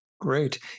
Great